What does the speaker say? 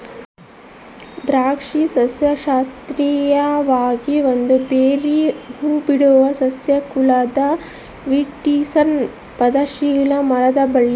ದ್ರಾಕ್ಷಿ ಸಸ್ಯಶಾಸ್ತ್ರೀಯವಾಗಿ ಒಂದು ಬೆರ್ರೀ ಹೂಬಿಡುವ ಸಸ್ಯ ಕುಲದ ವಿಟಿಸ್ನ ಪತನಶೀಲ ಮರದ ಬಳ್ಳಿ